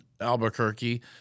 Albuquerque